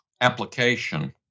application